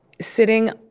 Sitting